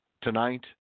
Tonight